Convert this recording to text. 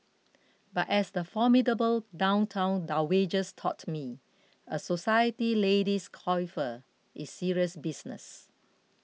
but as the formidable downtown dowagers taught me a society lady's coiffure is serious business